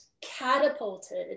catapulted